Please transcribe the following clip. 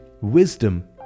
wisdom